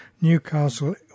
Newcastle